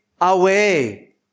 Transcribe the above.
away